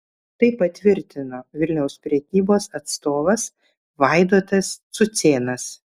tai patvirtino vilniaus prekybos atstovas vaidotas cucėnas